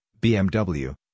BMW